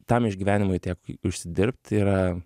tam išgyvenimui tiek užsidirbt yra